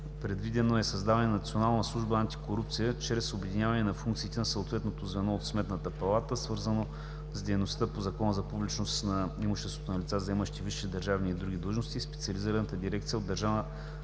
Предвидено е създаването на Национална служба „Антикорупция“ чрез обединяване на функциите на съответното звено от Сметната палата, свързано с дейността по Закона за публичност на имуществото на лица, заемащи висши държавни и други длъжности, и специализираната дирекция от Държавна